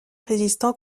résistent